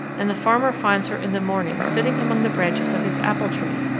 and the farmer finds her in the morning sitting among the branches of his apple tree,